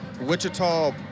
Wichita